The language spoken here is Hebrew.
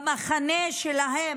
במחנה שלהם,